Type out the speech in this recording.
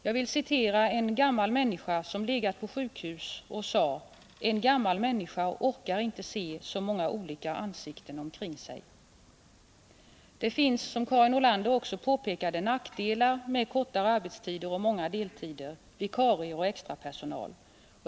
Jag vill citera en gammal människa som legat på sjukhus och sade: ”En gammal människa orkar inte se så många olika ansikten omkring sig.” Det finns, som Karin Nordlander också påpekade, nackdelar med kortare arbetstider och många deltider, vikarier och extrapersonal.